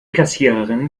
kassiererin